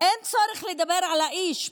אין צורך לדבר על האיש,